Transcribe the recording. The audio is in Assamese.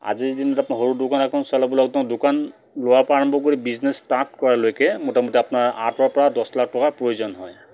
আজি যদি আপোনাৰ সৰু দোকান এখন চলাবলৈ একদম দোকান লোৱাৰ পৰা আৰম্ভ কৰি বিজনেছ ষ্টাৰ্ট কৰালৈকে মোটামুটি আপোনাৰ আঁঠৰ পৰা দছ লাখ টকাৰ প্ৰয়োজন হয়